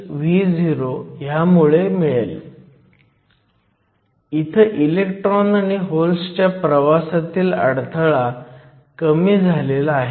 तर बँड गॅपचे मूल्य जसजसे वाढते तसतसे ni अनिवार्यपणे कमी होते